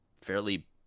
fairly